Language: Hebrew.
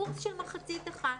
קורס של מחצית אחת,